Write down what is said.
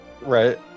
right